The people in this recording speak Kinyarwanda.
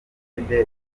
imbere